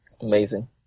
Amazing